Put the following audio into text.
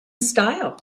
style